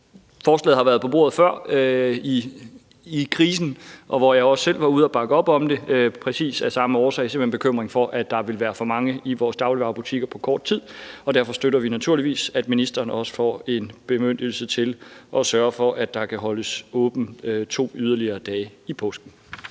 Forslaget har været på bordet før krisen, hvor jeg også selv var ude at bakke op om det, præcis af samme årsag, altså simpelt hen en bekymring for, at der vil være for mange i vores dagligvarebutikker på kort tid. Derfor støtter vi naturligvis også, at ministeren får en bemyndigelse til at sørge for, at der kan holdes åbent to yderligere dage i påsken.